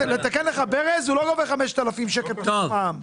לך ברז, הוא לא גובה 5,000 שקלים פלוס מע"מ.